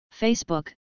Facebook